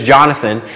Jonathan